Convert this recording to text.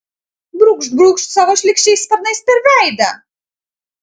brūkšt brūkšt savo šlykščiais sparnais per veidą